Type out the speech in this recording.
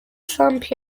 trump